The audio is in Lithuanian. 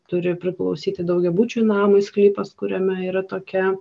turi priklausyti daugiabučiui namui sklypas kuriame yra tokia